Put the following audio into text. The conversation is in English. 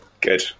Good